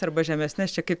arba žemesnes čia kaip